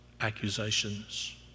accusations